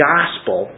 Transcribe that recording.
Gospel